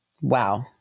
Wow